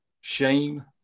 shame